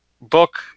book